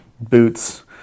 boots